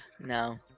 no